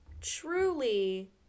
truly